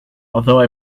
although